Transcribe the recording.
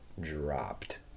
dropped